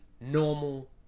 normal